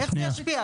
איך זה ישפיע?